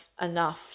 enough